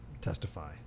testify